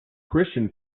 christian